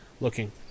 looking